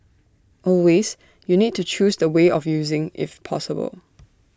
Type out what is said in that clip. always you need to choose the way of using if possible